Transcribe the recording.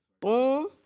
boom